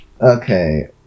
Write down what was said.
Okay